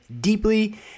deeply